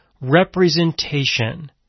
representation